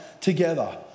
together